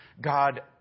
God